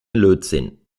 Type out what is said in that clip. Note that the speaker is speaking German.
lötzinn